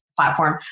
platform